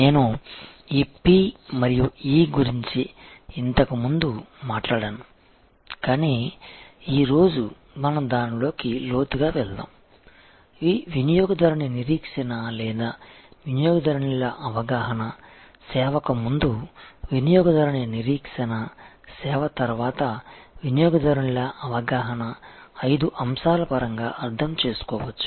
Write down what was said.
నేను ఈ p మరియు e గురించి ఇంతకు ముందు మాట్లాడాను కానీ ఈ రోజు మనం దానిలోకి లోతుగా వెళ్తాము ఈ వినియోగదారుని నిరీక్షణ లేదా వినియోగదారునిల అవగాహన సేవకు ముందు వినియోగదారుని నిరీక్షణ సేవ తర్వాత వినియోగదారునిల అవగాహన ఐదు అంశాల పరంగా అర్థం చేసుకోవచ్చు